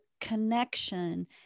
connection